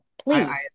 Please